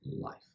life